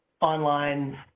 online